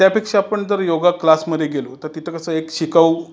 त्यापेक्षा आपण जर योगा क्लासमध्ये गेलो तर तिथं कसं एक शिकावू